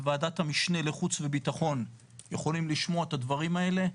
המשנה לחוץ ובטחון, יכולים לשמוע את הדברים האלה,